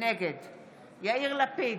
נגד יאיר לפיד,